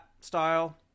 style